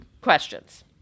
questions